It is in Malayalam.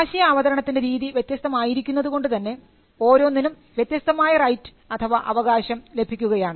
ആശയാവതരണത്തിൻറെ രീതി വ്യത്യസ്തമായിരിക്കുന്നതുകൊണ്ടുതന്നെ ഓരോന്നിനും വ്യത്യസ്തമായ റൈറ്റ് അഥവാ അവകാശം ലഭിക്കുകയാണ്